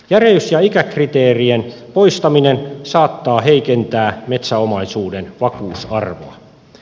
järeys ja ikäkriteerien poistaminen saattaa heikentää metsäomaisuuden vakuusarvoa